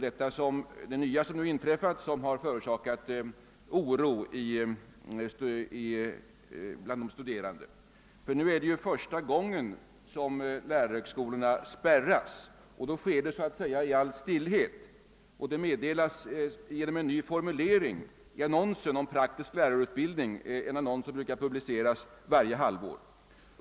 Det nya som nu inträffat har förorsakat oro bland de studerande. Nu spärras lärarhögskolorna för första gången, och då sker det så att säga i all stillhet och meddelas genom en ny formulering i den annons om praktisk lärarutbildning som brukar publiceras varje halvår.